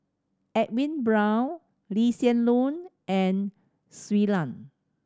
Edwin Brown Lee Hsien Loong and Shui Lan